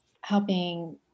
helping